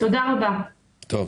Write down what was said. אני